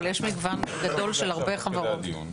מגוון גדול של הרבה חברות.